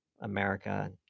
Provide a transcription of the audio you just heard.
America